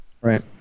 Right